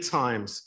times